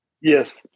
Yes